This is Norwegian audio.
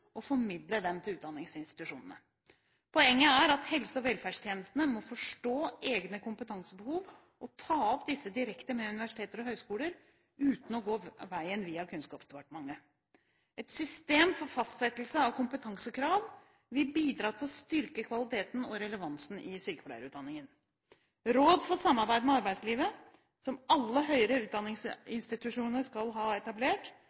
og formidle dem til utdanningsinstitusjonene. Poenget er at helse- og velferdstjenestene må forstå egne kompetansebehov og ta opp disse direkte med universiteter og høyskoler uten å gå veien via Kunnskapsdepartementet. Et system for fastsettelse av kompetansekrav vil bidra til å styrke kvaliteten og relevansen i sykepleierutdanningen. Råd for samarbeid med arbeidslivet, som alle høyere utdanningsinstitusjoner skal ha etablert,